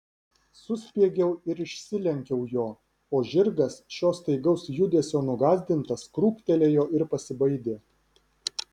suspiegiau ir išsilenkiau jo o žirgas šio staigaus judesio nugąsdintas krūptelėjo ir pasibaidė